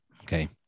Okay